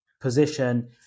position